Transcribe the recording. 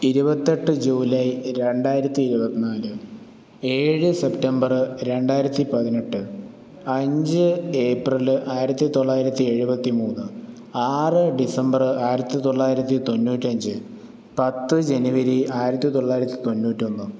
ഇരുപത്തെട്ട് ജൂലൈ രണ്ടായിരത്തി ഇരുപത് നാല് ഏഴ് സെപ്റ്റംബറ് രണ്ടായിരത്തി പതിനെട്ട് അഞ്ച് ഏപ്രില് ആയിരത്തി തൊള്ളായിരത്തി എഴുപത്തി മൂന്ന് ആറ് ഡിസംബറ് ആയിരത്തി തൊള്ളായിരത്തി തൊണ്ണൂറ്റിയഞ്ച് പത്ത് ജനുവരി ആയിരത്തി തൊള്ളായിരത്തി തൊണ്ണൂറ്റി ഒന്ന്